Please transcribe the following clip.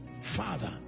Father